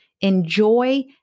enjoy